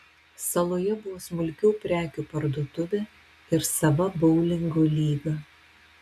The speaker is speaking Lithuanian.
saloje buvo smulkių prekių parduotuvė ir sava boulingo lyga